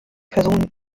personen